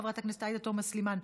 חברת הכנסת עאידה תומא סלימאן,